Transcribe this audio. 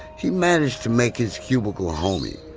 he managed to make his cubicle homie.